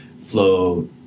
flow